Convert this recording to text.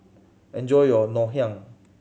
enjoy your Ngoh Hiang